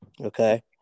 Okay